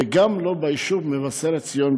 וגם לא ביישוב מבשרת ציון,